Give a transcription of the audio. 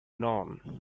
none